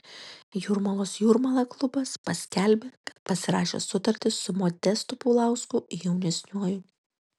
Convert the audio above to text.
jūrmalos jūrmala klubas paskelbė kad pasirašė sutartį su modestu paulausku jaunesniuoju